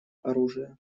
оружия